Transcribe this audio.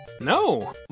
No